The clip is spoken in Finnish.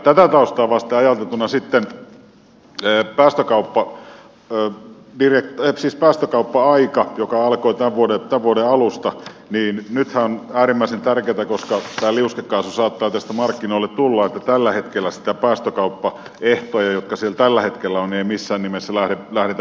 tätä taustaa vasten ajateltuna päästökauppa aikana joka alkoi tämän vuoden alusta nyt on äärimmäisen tärkeätä koska tämä liuskekaasu saattaa tästä markkinoille tulla että tällä hetkellä niitä päästökauppaehtoja jotka siellä tällä hetkellä ovat ei missään nimessä lähdetä peukaloimaan